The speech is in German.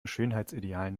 schönheitsidealen